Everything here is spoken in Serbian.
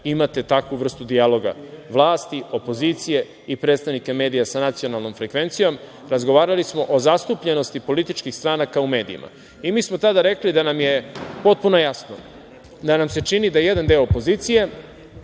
imate takvu vrstu dijaloga vlasti, opozicije i predstavnike medija sa nacionalnom frekvencijom. Razgovarali smo o zastupljenosti političkih stranaka u medijima i mi smo tada rekli da nam je potpuno jasno da nam se čini da jedan deo opozicije